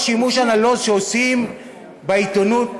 השימוש הנלוז שעושים בעיתונות,